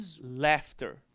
laughter